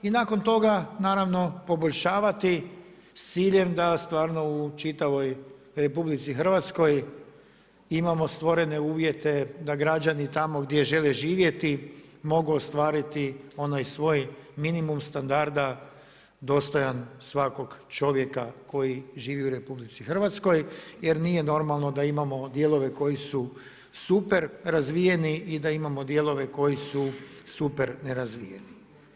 I nakon toga naravno poboljšavati s ciljem da stvarno u čitavoj RH imamo stvorene uvjete da građani tamo gdje žele živjeti mogu ostvariti onaj svoj minimum standarda dostojan svakog čovjeka koji živi u RH jer nije normalno da imamo dijelove koji su super razvijeni i da imamo dijelove koji su super nerazvijeni.